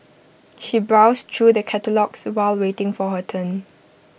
she browsed through the catalogues while waiting for her turn